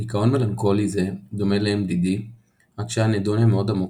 דכאון מלנכולי זה דומה לMDD רק שאנהדוניה מאוד עמוקה,